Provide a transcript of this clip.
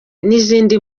n’izindi